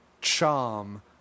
charm